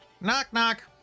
Knock-knock